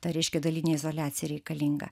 tai reiškia dalinė izoliacija reikalinga